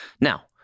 Now